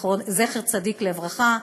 זכר צדיק לברכה,